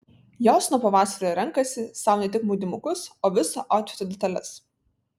jos nuo pavasario renkasi sau ne tik maudymukus o viso autfito detales